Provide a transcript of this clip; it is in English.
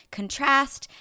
contrast